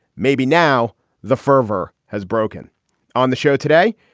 maybe now the fervor has broken on the show today.